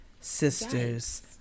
sisters